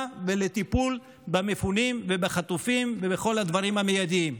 ולטיפול במפונים ובחטופים ובכל הדברים המיידיים.